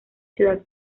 ciudad